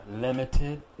Limited